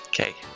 Okay